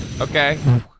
Okay